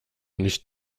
nicht